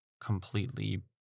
completely